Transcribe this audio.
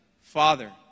father